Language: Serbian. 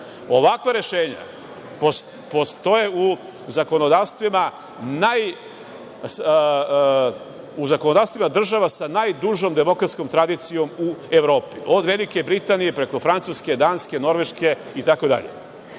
buduće. Ovakva rešenja postoje u zakonodavstvima država sa najdužom demokratskom tradicijom u Evropi, od Velike Britanije, preko Francuske, Danske, Norveške